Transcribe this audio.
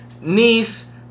niece